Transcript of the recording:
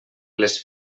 les